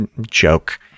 joke